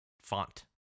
font